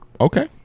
Okay